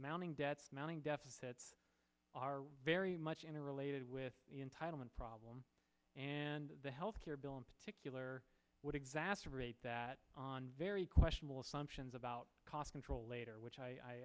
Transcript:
mounting debts mounting deficits are very much in a related with the entitlement problem and the health care bill in particular would exacerbate that on very questionable assumptions about cost control later which i